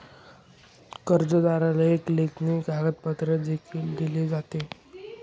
कर्जदाराला एक लेखी कागदपत्र देखील दिले जाते